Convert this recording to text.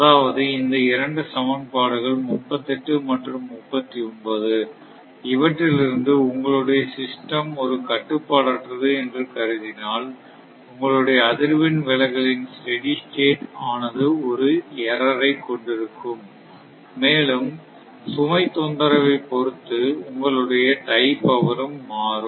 அதாவது இந்த இரண்டு சமன்பாடுகள் 38 மற்றும் 39 இவற்றிலிருந்து உங்களுடைய சிஸ்டம் ஒரு கட்டுப்பாடாற்றது என்று கருதினால் உங்களுடைய அதிர்வெண் விலகலின் ஸ்டெடி ஸ்டேட் ஆனது ஒரு ஏர்ரர் ஐ கொண்டிருக்கும் மேலும் சுமை தொந்தரவு பொருத்து உங்களுடைய டை பவர் ம் மாறும்